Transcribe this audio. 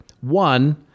One